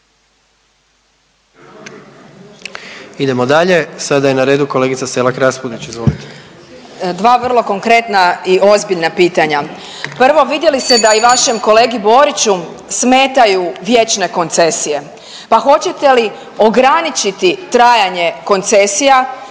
Idemo dalje, sada je na redu kolegica Selak Raspudić, izvolite. **Selak Raspudić, Marija (Nezavisni)** Dva vrlo konkretna i ozbiljna pitanja. Prvo, vidjeli ste da i vašem kolegi Boriću smetaju vječne koncesije, pa hoćete li ograničiti trajanje koncesija